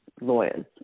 lawyers